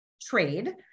trade